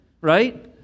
right